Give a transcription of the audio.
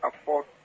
afford